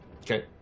Okay